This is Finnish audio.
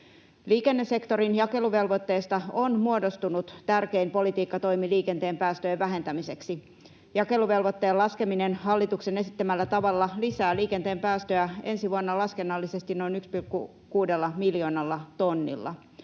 Liikennesektorin jakeluvelvoitteesta on muodostunut tärkein politiikkatoimi liikenteen päästöjen vähentämiseksi. Jakeluvelvoitteen laskeminen hallituksen esittämällä tavalla lisää liikenteen päästöjä ensi vuonna laskennallisesti noin 1,6 miljoonalla tonnilla.